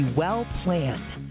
well-planned